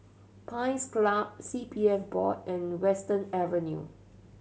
Pines Club C P F Board and Western Avenue